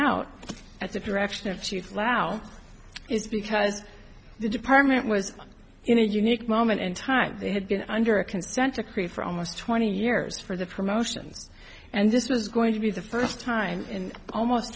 out as a direction of shoot flat out is because the department was in a unique moment in time they had been under a consent decree for almost twenty years for the promotions and this was going to be the first time in almost